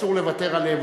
שאסור לוותר עליהם,